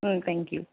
ம் thank you